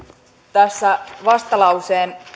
tässä vastalauseen